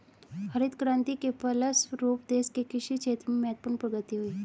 हरित क्रान्ति के फलस्व रूप देश के कृषि क्षेत्र में महत्वपूर्ण प्रगति हुई